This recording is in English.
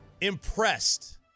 impressed